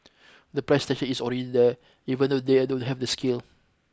the price tension is already there even though their don't have the scale